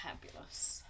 fabulous